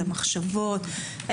את המחשבות,